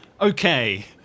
Okay